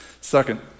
Second